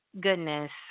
goodness